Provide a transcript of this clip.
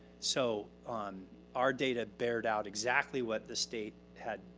so our data bared out exactly what the state had,